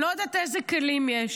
אני לא יודעת איזה כלים יש,